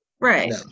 Right